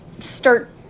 start